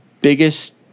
biggest